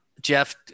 Jeff